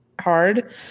hard